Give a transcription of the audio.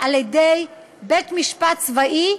על ידי בית משפט צבאי,